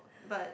but